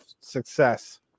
success